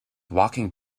walking